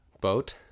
Boat